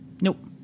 nope